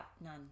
none